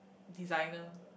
designer